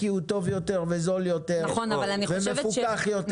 כי הוא טוב יותר וזול יותר ומפוקח יותר..".